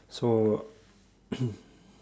so